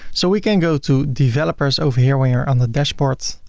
so we can go to developers over here, when you're on the dashboard,